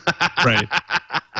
Right